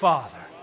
Father